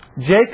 Jacob